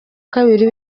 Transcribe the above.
kabiri